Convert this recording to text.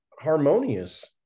harmonious